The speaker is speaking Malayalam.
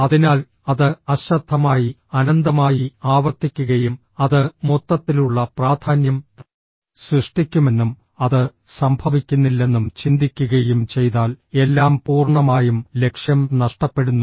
അതിനാൽ അത് അശ്രദ്ധമായി അനന്തമായി ആവർത്തിക്കുകയും അത് മൊത്തത്തിലുള്ള പ്രാധാന്യം സൃഷ്ടിക്കുമെന്നും അത് സംഭവിക്കുന്നില്ലെന്നും ചിന്തിക്കുകയും ചെയ്താൽ എല്ലാം പൂർണ്ണമായും ലക്ഷ്യം നഷ്ടപ്പെടുന്നു